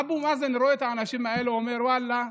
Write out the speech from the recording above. אבו מאזן רואה את האנשים האלה ואומר, ואללה,